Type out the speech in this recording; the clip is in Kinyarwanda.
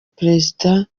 perezida